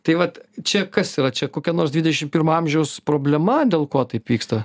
tai vat čia kas yra čia kokia nors dvidešim pirmo amžiaus problema dėl ko taip vyksta